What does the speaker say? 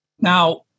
Now